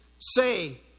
say